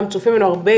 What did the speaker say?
גם צופים בנו הרבה,